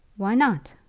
why not?